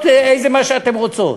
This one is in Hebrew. מסיבות, מה שאתן רוצות.